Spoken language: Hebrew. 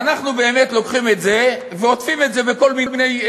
ואנחנו באמת לוקחים את זה ועוטפים את זה בכל מיני,